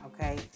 okay